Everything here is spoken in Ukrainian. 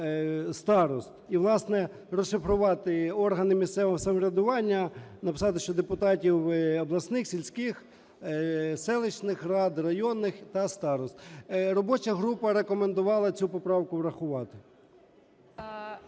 старост. І, власне, розшифрувати органи місцевого самоврядування, написати, що депутатів обласних, сільських, селищних рад, районних та старост. Робоча група рекомендувала цю поправку врахувати.